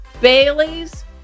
Bailey's